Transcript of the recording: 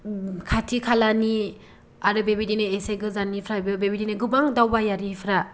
खाथि खालानि आरो बेबायदिनो एसे गोजाननिफ्रायबो बेबायदिनो गोबां दावबायारिफ्रा